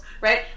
Right